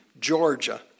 Georgia